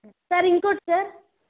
sir ఇంకొకటి sir